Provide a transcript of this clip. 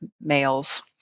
males